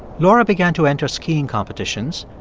laura began to enter skiing competitions.